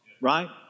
right